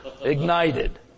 Ignited